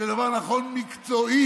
זה דבר נכון מקצועית,